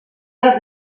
els